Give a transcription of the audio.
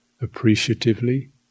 Appreciatively